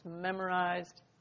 memorized